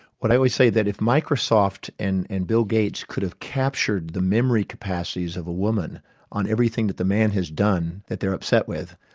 but i would say that if microsoft and and bill gates could have captured the memory capacities of a woman on everything that the man has done that they're upset with,